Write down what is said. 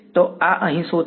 તો આ અહીં શું છે